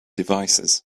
devices